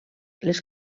les